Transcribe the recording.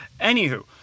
Anywho